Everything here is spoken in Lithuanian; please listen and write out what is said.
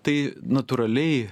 tai natūraliai